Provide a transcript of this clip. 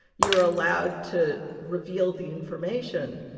you're allowed to reveal the information.